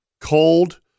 Cold